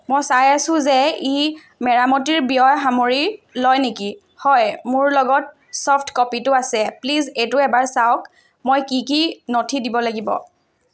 মই চাই আছোঁ যে ই মেৰামতিৰ ব্যয় সামৰি লয় নেকি হয় মোৰ লগত ছফ্ট ক'পিটো আছে প্লিজ এইটো এবাৰ চাওক মই কি কি নথি দিব লাগিব